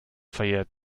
verjährt